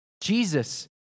Jesus